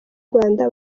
rwanda